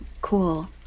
cool